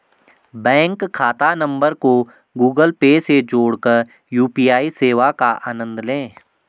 bank खाता नंबर को गूगल पे से जोड़कर यू.पी.आई सेवा का आनंद लें